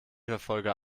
verfolger